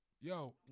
Yo